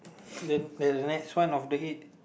the the next one of the it